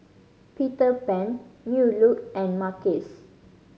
Peter Pan New Look and Mackays